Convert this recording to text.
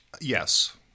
Yes